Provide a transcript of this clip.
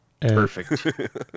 Perfect